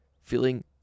feeling